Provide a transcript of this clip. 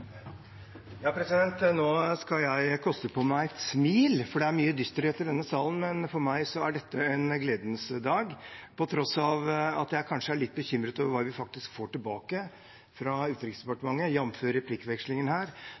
mye dysterhet i denne salen, men for meg er dette en gledens dag. På tross av at jeg kanskje er litt bekymret over hva vi faktisk får tilbake fra Utenriksdepartementet, jf. replikkvekslingen her,